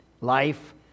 Life